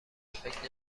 فکر